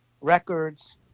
records